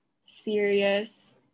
serious